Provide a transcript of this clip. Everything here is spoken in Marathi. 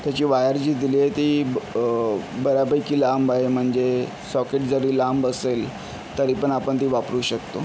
त्याची वायर जी दिल्ये ती ब बऱ्यापैकी लांब आहे म्हणजे सॉकेट जरी लांब असेल तरीपण आपण ती वापरू शकतो